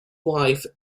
wife